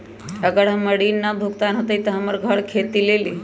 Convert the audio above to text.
अगर हमर ऋण न भुगतान हुई त हमर घर खेती लेली?